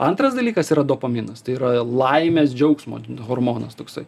antras dalykas yra dopaminas tai yra laimės džiaugsmo hormonas toksai